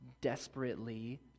desperately